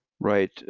Right